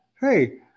Hey